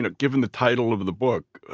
ah given the title of of the book